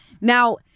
Now